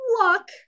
luck